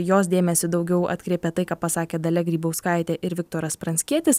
jos dėmesį daugiau atkreipė tai ką pasakė dalia grybauskaitė ir viktoras pranckietis